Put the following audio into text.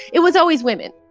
it was always women.